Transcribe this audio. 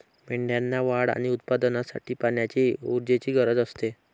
मेंढ्यांना वाढ आणि उत्पादनासाठी पाण्याची ऊर्जेची गरज असते